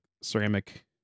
ceramic